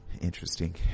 interesting